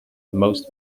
most